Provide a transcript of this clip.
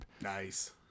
Nice